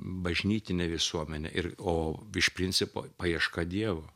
bažnytinę visuomenę ir o iš principo paieška dievo